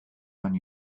and